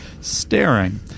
Staring